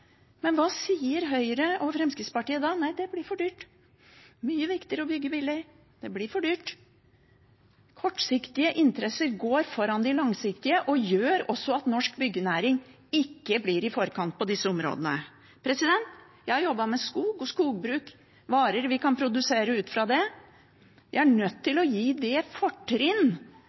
Men hva sier Høyre og Fremskrittspartiet da? Nei, det blir for dyrt. Det er mye viktigere å bygge billig. Det blir for dyrt. Kortsiktige interesser går foran de langsiktige og gjør også at norsk byggenæring ikke er i forkant på disse områdene. Jeg har jobbet med skog og skogbruk og varer vi kan produsere ut fra det. Vi er nødt til å gi det fortrinn